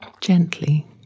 gently